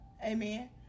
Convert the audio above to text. Amen